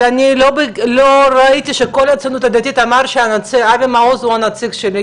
אבל אני לא ראיתי שכל הציונות הדתית אמרו שאבי מעוז הוא הנציג שלהם.